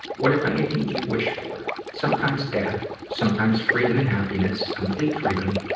what, if anything, do you wish for? sometimes death, sometimes freedom and happiness, complete freedom,